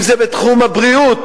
אם בתחום הבריאות,